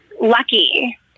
lucky